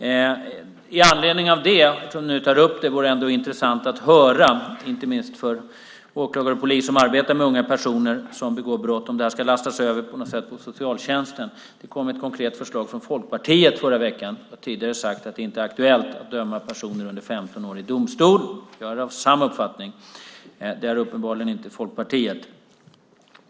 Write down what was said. Med anledning av det, eftersom du nu tar upp det vore det ändå intressant att höra, inte minst för åklagare och polis som arbetar med unga personer som begår brott, om det här ska lastas över på socialtjänsten. Det kom ett konkret förslag från Folkpartiet förra veckan. Du har tidigare sagt att det inte är aktuellt att döma personer under 15 år i domstol. Jag är av samma uppfattning. Det är uppenbarligen inte Folkpartiet.